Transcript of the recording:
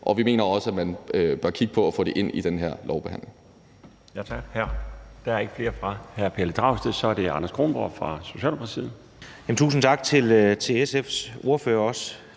og vi mener også, at man bør kigge på at få det ind i den her lovbehandling.